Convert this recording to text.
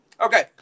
Okay